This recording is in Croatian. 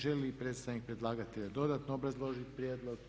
Želi li predstavnik predlagatelja dodatno obrazložiti prijedlog?